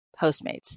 Postmates